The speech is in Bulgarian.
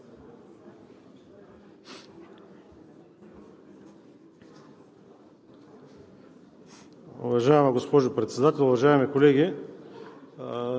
Уважаема госпожо Председател, уважаеми колеги!